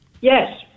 Yes